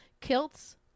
kilts